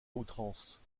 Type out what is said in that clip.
outrance